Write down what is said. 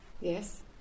Yes